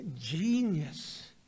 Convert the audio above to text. genius